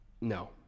No